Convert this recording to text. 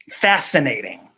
Fascinating